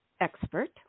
expert